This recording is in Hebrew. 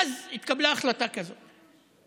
ואז התקבלה החלטה כזאת.